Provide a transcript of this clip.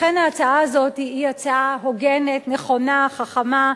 לכן, ההצעה הזאת היא הצעה הוגנת, נכונה, חכמה.